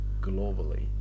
globally